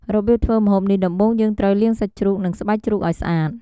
របៀបធ្វើម្ហូបនេះដំបូងយើងត្រូវ លាងសាច់ជ្រូក និងស្បែកជ្រូកឱ្យស្អាត។